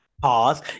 Pause